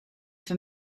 for